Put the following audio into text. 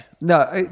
No